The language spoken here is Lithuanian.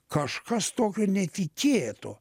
kažkas tokio netikėto